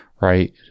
Right